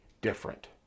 different